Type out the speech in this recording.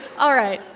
all right.